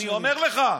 אני אומר לך.